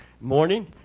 morning